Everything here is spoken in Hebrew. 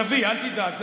נביא, אל תדאג.